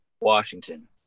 Washington